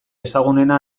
ezagunena